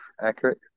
accurate